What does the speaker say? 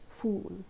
fool